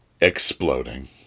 exploding